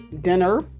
dinner